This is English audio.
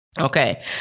Okay